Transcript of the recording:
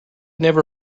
never